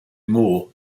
moor